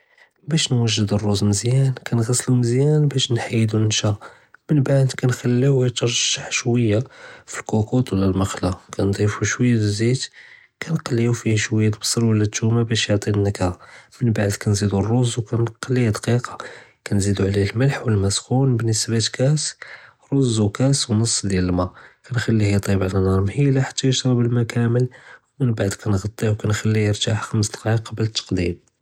בּאש נְוַוּד אֶלרוּז מְזִיַאן כְּנַעְסְלוּ מְזִיַאן בּאש נְחַיַד לוּ לֶנְּשָּׁא, מִמבַּעְד כְּנְחַלִּיוֹה יִתְרַנְשׁ שְׁוִיָּה פִי אֶלְקוּקוּט וּלָא אֶלְמֶקְלָה, כְּנְדִיפּו שְׁוִיָּה דִי זַיִת כְּנְקַלּיו פִيه שְׁוִיָּה דִי אלבַּצְל וּלָא תּוּמָּה בַּאש יְעְטִי אֶלנַּכְּהָה, מִמבַּעְד כְּנְזִידּו אֶלרוּז וּנְקַלִּيه דִקִּיקָּה, כְּנְזִידּו עֻלֵיהּוּם אֶלמֶלַּח וּלַמַּא סַחּוּן בְּנִסְבַּה קַאס רוּז וְקַאס וְנֶס דִיַאַל לַמַּא, כְּנְחַלִּיו יְטַיְּבּ עַל נָאר מְהִילָה חַתַּּא יְשְׁרַבּ לַמַּא כָּאמֵל וּמִמבַּעְד כְּנְغַטִּיו וּכְנְחַלִּיו יִרְתַח חַמְס דַּקַּאיִק קְבְּל אֶלְתַּקְדִים.